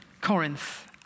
Corinth